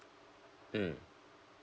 mm